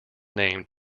name